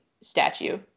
statue